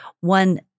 one